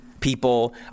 people